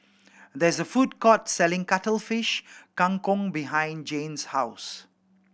there is a food court selling Cuttlefish Kang Kong behind Jane's house